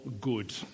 good